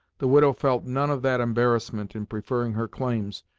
the widow felt none of that embarrassment, in preferring her claims,